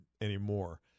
anymore